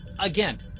Again